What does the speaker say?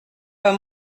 pas